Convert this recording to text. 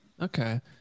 Okay